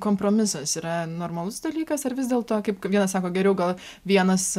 kompromisas yra normalus dalykas ar vis dėlto kaip vienas sako geriau gal vienas